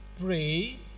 pray